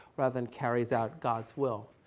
rather than carries out god's will.